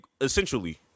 essentially